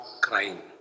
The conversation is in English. crying